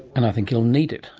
and i'll think he'll need it.